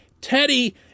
Teddy